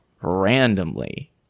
randomly